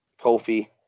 Kofi